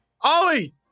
Ollie